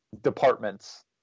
departments